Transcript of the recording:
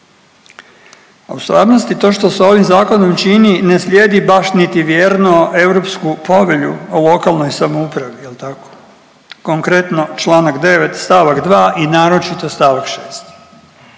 A u stvarnosti to što se ovim zakonom čini ne slijedi baš niti vjerno Europsku povelju o lokalnoj samoupravi jel' tako? Konkretno članak 9. stavak 2. i naročito stavak 6.